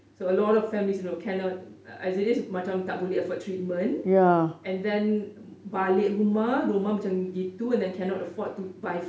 so a lot of families you know cannot as it is macam tak boleh afford treatment and then balik rumah rumah macam gitu and then cannot afford to buy food